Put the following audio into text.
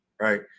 right